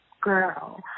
girl